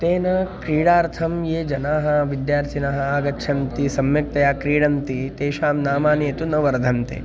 तेन क्रीडार्थं ये जनाः विद्यार्थीनः आगच्छन्ति सम्यक्तया क्रीडन्ति तेषां नामानि तु न वर्धन्ते